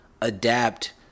adapt